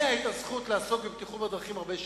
לי היתה הזכות לעסוק בבטיחות בדרכים הרבה שנים.